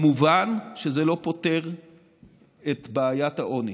מובן שזה לא פותר את בעיית העוני.